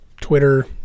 Twitter